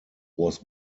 was